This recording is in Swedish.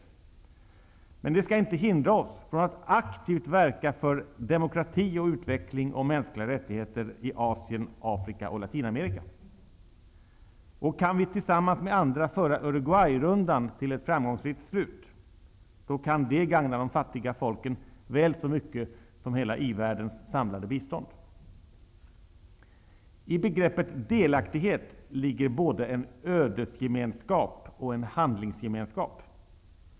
Det skall emellertid inte hindra oss från att aktivt verka för demokrati och utveckling i fråga om mänskliga rättigheter i Asien, Afrika och Latinamerika, och kan vi tillsammans med andra föra Uruguayrundan till ett framgångsrikt slut, så kan det gagna de fattiga folken väl så mycket som hela i-världens samlade bistånd. I begreppet delaktighet ligger både en ödesgemenskap och en handlingsgemenskap.